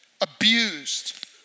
abused